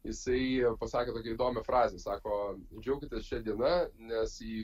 jisai pasakė tokią įdomią frazę sako džiaukitės šia diena nes į